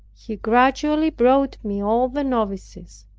he gradually brought me all the novices,